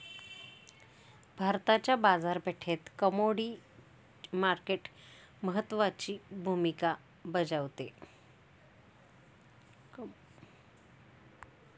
भारताच्या बाजारपेठेत commodity market महत्त्वाची भूमिका बजावते